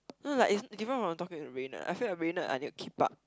no like is different from talking to Raynard I feel like Raynard I need to keep up